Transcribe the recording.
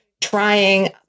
trying